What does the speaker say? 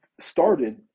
started